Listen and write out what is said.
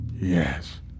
Yes